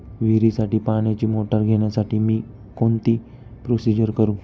विहिरीसाठी पाण्याची मोटर घेण्यासाठी मी कोणती प्रोसिजर करु?